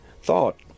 Thought